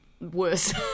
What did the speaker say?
worse